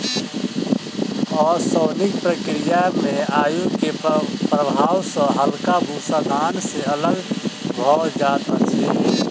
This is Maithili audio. ओसौनिक प्रक्रिया में वायु के प्रभाव सॅ हल्का भूस्सा धान से अलग भअ जाइत अछि